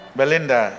Belinda